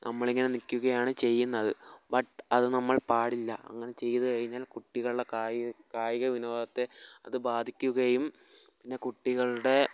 നമ്മളിങ്ങനെ നില്ക്കുകയാണ് ചെയ്യുന്നത് ബട് അത് നമ്മൾ പാടില്ല അങ്ങനെ ചെയ്തു കഴിഞ്ഞാൽ കുട്ടികളുടെ കായിക വിനോദത്തെ അത് ബാധിക്കുകയും പിന്നെ കുട്ടികളുടെ